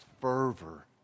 fervor